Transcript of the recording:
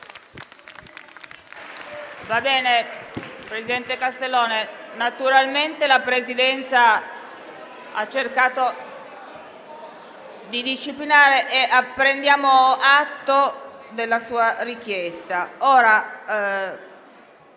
Presidente Castellone, naturalmente la Presidenza ha cercato di disciplinare. Prendiamo atto della sua richiesta.